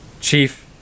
Chief